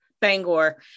Bangor